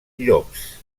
llops